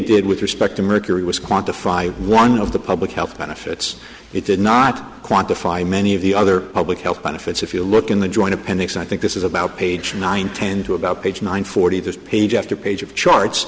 did with respect to mercury was quantify one of the public health benefits it did not quantify many of the other public health benefits if you look in the joint appendix i think this is about page nine ten to about page nine forty this page after page of charts